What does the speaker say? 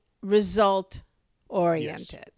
Result-oriented